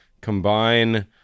combine